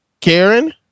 Karen